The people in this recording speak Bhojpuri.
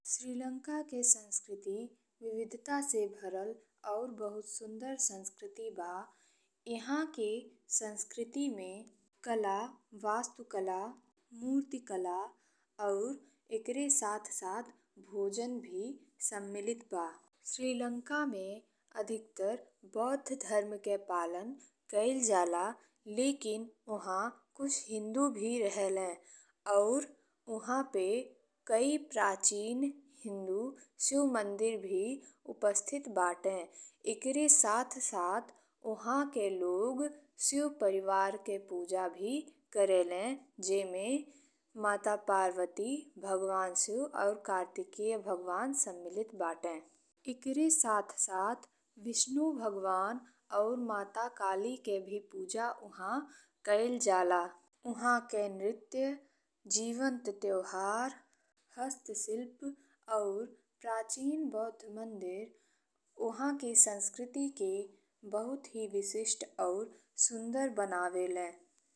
श्रीलंका के संस्कृति, विविधता से भरल और बहुत सुंदर संस्कृति बा। इहाँ के संस्कृति में कला, वास्तुकला, मूर्तिकला और एकरे साथ-साथ भोजन भी सम्मिलित बा। श्रीलंका में अधिकांशतः बौद्ध धर्म के पालन कइल जाला, लेकिन ओहां कुछ हिन्दू भी रहिले और ओहां पे कई प्राचीन हिन्दू शिव मन्दिर भी उपस्थित बाटे। एकरे साथ साथ उहां के लोग शिव परिवार के पूजा भी करेलें जेमे माता पार्वती, भगवान शिव और कार्तिकेय भगवान सम्मिलित बाटे। एकरे साथ साथ विष्णु भगवान और माता काली के पूजा भी उहां कइल जाला। उहां के नृत्य, जीवंत त्योहार, हस्त शिल्प और प्राचीन बौद्ध मन्दिर ओहां के संस्कृति के बहुत ही विशिष्ट और सुंदर बनावेलें।